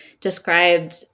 described